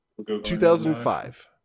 2005